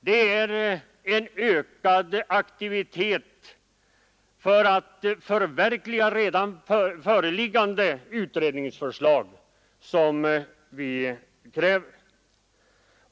Det är en ökad aktivitet för att förverkliga redan föreliggande utredningsförslag som vi kräver.